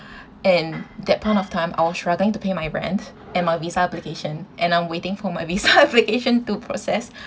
and that point of time I was struggling to pay my rent and my visa application and I'm waiting for visa application to process